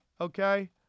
okay